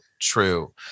true